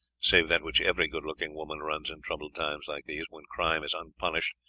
save that which every good-looking woman runs in troubled times like these, when crime is unpunished,